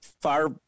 far